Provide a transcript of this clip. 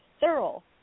thorough